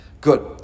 Good